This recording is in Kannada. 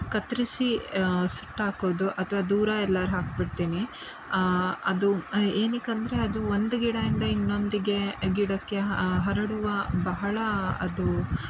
ಕತ್ರಿಸಿ ಸುಟ್ಟಾಕೋದು ಅಥವಾ ದೂರ ಎಲ್ಲಾರೂ ಹಾಕ್ಬಿಡ್ತೀನಿ ಅದು ಏನಕ್ಕಂದರೆ ಅದು ಒಂದು ಗಿಡದಿಂದ ಇನ್ನೊಂದಿಗೆ ಗಿಡಕ್ಕೆ ಹರಡುವ ಬಹಳ ಅದು